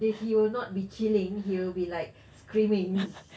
they he will not be chilling he will be like screaming at you